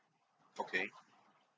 okay